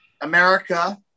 America